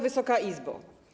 Wysoka Izbo!